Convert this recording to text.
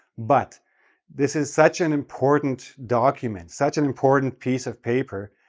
but this is such an important document, such an important piece of paper,